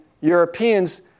Europeans